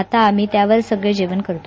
आता आम्ही त्यावर सगळं जेवण करतो